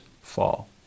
fall